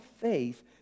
faith